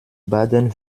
baden